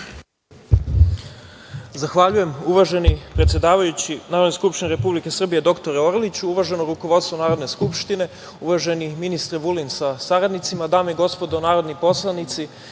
Zahvaljujem, uvaženi predsedavajući Narodne skupštine Republike Srbije dr Orliću, uvaženo rukovodstvo Narodne skupštine, uvaženi ministre Vulin sa saradnicima, dame i gospodo narodni poslanici,